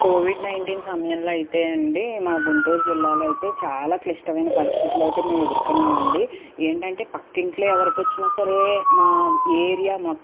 Covid nineteen సమయంలో అయితే అండీ మా గుంటూరు జిల్లాలో చాలా క్లిష్టమైన పరిస్థితులు అయితే మేము ఎదుర్కొన్నాం అండీ ఏంటంటే పక్కింట్లో ఎవరికొచ్చినా సరే మా ఏరియా